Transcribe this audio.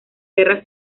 guerra